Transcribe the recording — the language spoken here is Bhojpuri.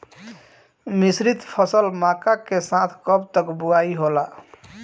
मिश्रित फसल मक्का के साथ कब तक बुआई होला?